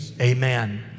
amen